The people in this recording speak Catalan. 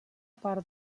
part